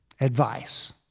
advice